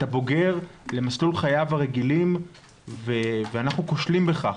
את הבוגר למסלול חייו הרגילים ואנחנו כושלים בכך,